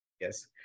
Yes